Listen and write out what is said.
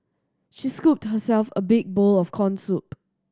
she scooped herself a big bowl of corn soup